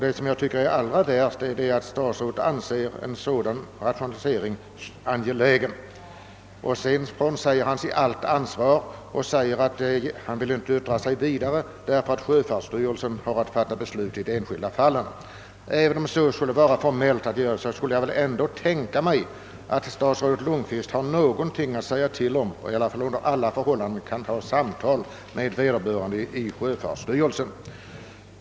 Det allra värsta är att statsrådet anser en sådan rationalisering vara angelägen. Statsrådet frånsäger sig också allt ansvar och säger att han inte vill yttra sig vidare, därför att: det är sjöfartsstyrelsen som skall fat ta beslut i de enskilda fallen. Även om ett sådant förfaringssätt är formellt vedertaget kunde jag dock tänka mig att statsrådet Lundkvist hade någonting att säga till om och att han under alla förhållanden kunde ha tagit ett samtal med vederbörande i sjöfartsstyrelsen.